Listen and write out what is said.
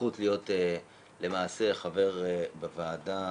זכות להיות למעשה חבר בוועדה.